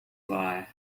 lie